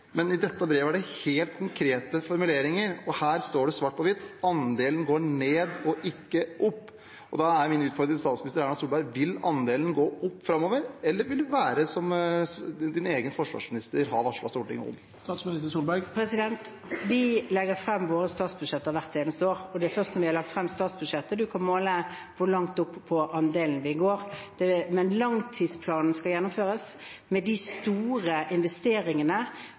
Men i dette brevet er det helt konkrete formuleringer, og her står det svart på hvitt at andelen går ned og ikke opp. Da er min utfordring til statsminister Erna Solberg: Vil andelen gå opp framover, eller vil det være som hennes egen forsvarsminister har varslet Stortinget om? Vi legger frem våre statsbudsjetter hvert eneste år, og det er først når vi har lagt frem statsbudsjettet, man kan måle hvor langt opp mot andelen vi går. Men langtidsplanen skal gjennomføres, med de store investeringene